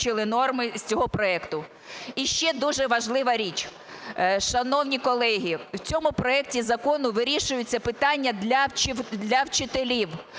І ще дуже важлива річ. Шановні колеги, в цьому проекті закону вирішується питання для вчителів.